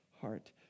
heart